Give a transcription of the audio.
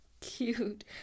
Cute